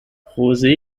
rose